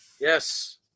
Yes